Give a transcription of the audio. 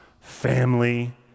family